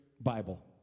Bible